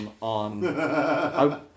on